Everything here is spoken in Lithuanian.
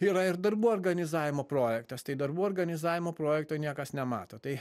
yra ir darbų organizavimo projektas tai darbų organizavimo projekto niekas nemato tai